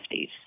1950s